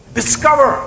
discover